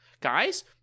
Guys